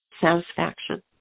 satisfaction